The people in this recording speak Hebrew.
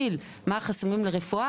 מה החסמים לרפואה,